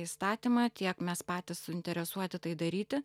įstatymą tiek mes patys suinteresuoti tai daryti